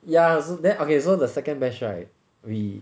ya so then okay so the second batch right we